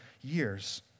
years